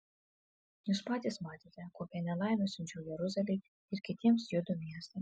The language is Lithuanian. jūs patys matėte kokią nelaimę siunčiau jeruzalei ir kitiems judo miestams